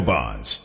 Bonds